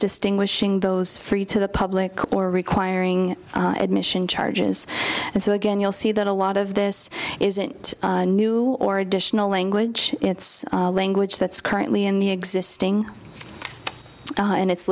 distinguishing those free to the public or requiring admission charges and so again you'll see that a lot of this isn't new or additional language it's language that's currently in the existing and it's